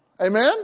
Amen